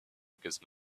because